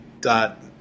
dot